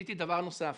עשיתי דבר נוסף.